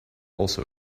also